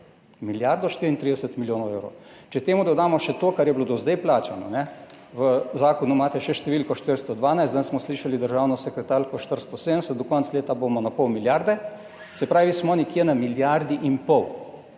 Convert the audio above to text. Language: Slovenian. milijarda 34 milijonov evrov. Če temu dodamo še to, kar je bilo do zdaj plačano, v zakonu imate še številko 412, danes smo slišali državno sekretarko 470, do konca leta bomo na pol milijarde, se pravi smo nekje na milijardi in pol.